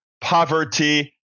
poverty